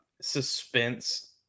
suspense